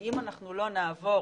ואם אנחנו לא נעבור